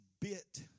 bit